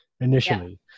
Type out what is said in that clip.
initially